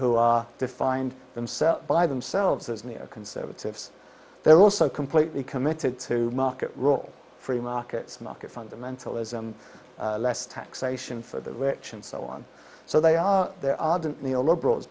who defined themselves by themselves as neo conservatives they're also completely committed to market rule free markets market fundamentalism less taxation for the rich and so on so they are there aren't neo liberals